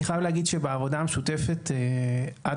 אני חייב להגיד שבעבודה המשותפת עד